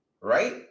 Right